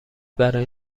برای